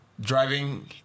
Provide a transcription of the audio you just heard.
driving